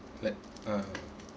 like ah